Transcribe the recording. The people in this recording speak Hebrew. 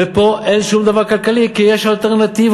ופה אין שום דבר כלכלי, כי יש אלטרנטיבות.